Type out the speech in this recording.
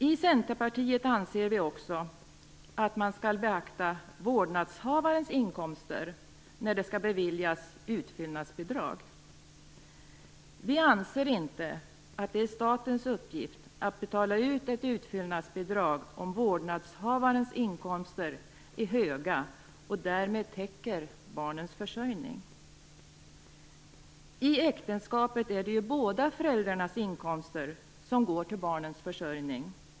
I Centerpartiet anser vi också att man skall beakta vårdnadshavarens inkomster när det skall beviljas utfyllnadsbidrag. Vi anser inte att det är statens uppgift att betala ut ett utfyllnadsbidrag om vårdnadshavarens inkomster är höga och därmed täcker barnens försörjning. I äktenskapet är det ju båda föräldrarnas inkomster som går till barnens försörjning.